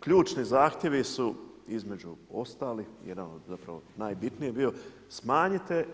Ključni zahtjevi su između ostalih jedan od najbitniji je bio, smanjite